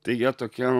tai jie tokie